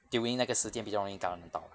during 那个时间比较容易感染到